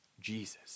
Jesus